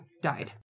died